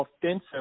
offensive